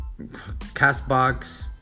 CastBox